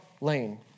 lane